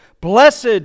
Blessed